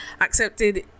accepted